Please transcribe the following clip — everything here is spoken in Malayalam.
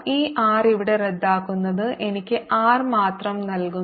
ഈ r ഇവിടെ റദ്ദാക്കുന്നത് എനിക്ക് r മാത്രം നൽകുന്നു